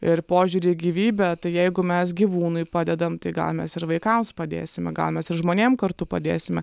ir požiūrį į gyvybę tai jeigu mes gyvūnui padedam tai gal mes ir vaikams padėsime gal mes ir žmonėms kartu padėsime